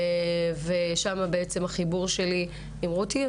ושם בעצם החיבור שלי עם רותי.